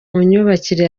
myubakire